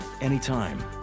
anytime